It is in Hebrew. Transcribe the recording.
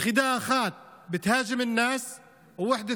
יחידה אחת (אומר בערבית: תוקפת את האנשים והיחידה